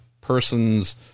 person's